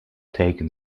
taken